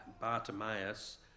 Bartimaeus